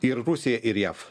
ir rusija ir jav